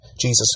Jesus